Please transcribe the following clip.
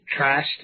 trashed